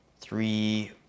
three